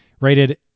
rated